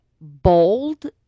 bold